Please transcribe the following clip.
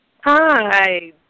Hi